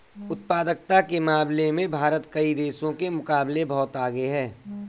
उत्पादकता के मामले में भारत कई देशों के मुकाबले बहुत आगे है